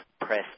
press